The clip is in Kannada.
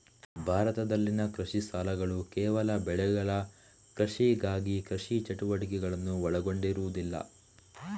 ಭಾರತದಲ್ಲಿನ ಕೃಷಿ ಸಾಲಗಳುಕೇವಲ ಬೆಳೆಗಳ ಕೃಷಿಗಾಗಿ ಕೃಷಿ ಚಟುವಟಿಕೆಗಳನ್ನು ಒಳಗೊಂಡಿರುವುದಿಲ್ಲ